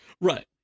right